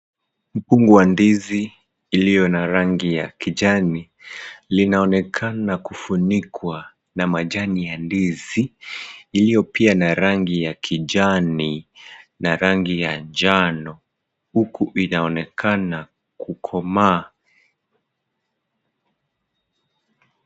Mkungu wa ndizi iliyo na rangi ya kijani, linaonekana kufunikwa na majani ya ndizi, ilio pia na rangi ya kijani na rangi ya njano huku inaonekana kukomaa.